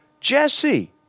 Jesse